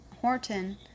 Horton